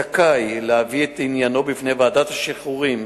זכאי להביא את עניינו בפני ועדת השחרורים